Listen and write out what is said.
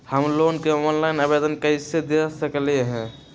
हम लोन के ऑनलाइन आवेदन कईसे दे सकलई ह?